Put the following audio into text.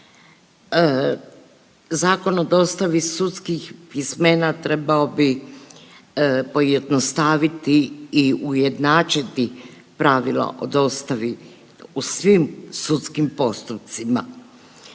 Zakon o dostavi sudskih pismena trebao bi pojednostaviti i ujednačiti pravila o dostavi u svim sudskim postupcima.